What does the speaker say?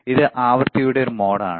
ഇത് ആവൃത്തിയുടെ ഒരു മോഡാണ്